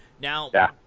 Now